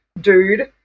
dude